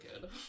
good